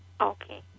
Okay